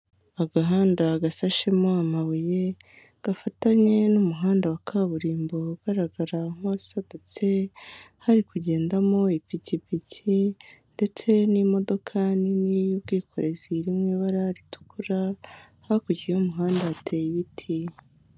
Agahanda gasashemo amabuye gafatanye n'umuhanda wa kaburimbo ugaragara nk'uwasadutse hari kugendamo ipikipiki ndetse n'imodoka nini y'ubwikorezi iri mu ibara ritukura hakurya y'umuhanda hateye ibiti.